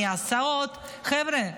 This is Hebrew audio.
מההסעות: חבר'ה,